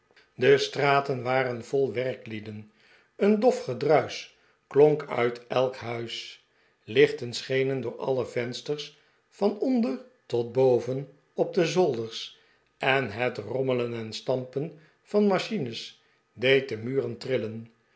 de straten waren vol werklieden een dof gedruisch klonk uit elk huis lichten schenen door alle vensters van onder tot boven op de zolders en het rommelen en stampen van machines deed de muren trillen